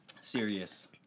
Serious